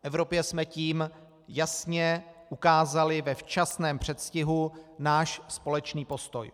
Evropě jsme tím jasně ukázali ve včasném předstihu náš společný postoj.